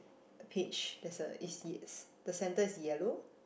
peach there's a is the centre is yellow